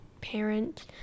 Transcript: parent